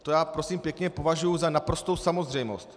A to já, prosím pěkně, považuji za naprostou samozřejmost.